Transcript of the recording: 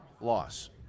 loss